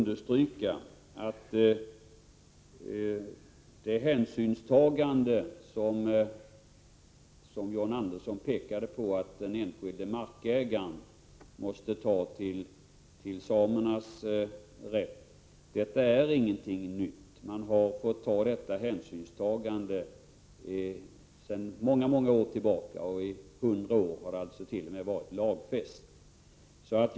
Det hänsynstagande som John Andersson pekade på att den enskilde markägaren måste ta till samerna är ingenting nytt. Sådana hänsynstaganden har man fått göra sedan många år tillbaka. Det har t.o.m. varit lagfäst i hundra år.